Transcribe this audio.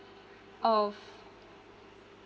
of